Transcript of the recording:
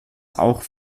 auch